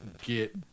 get